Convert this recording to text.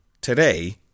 today